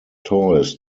toys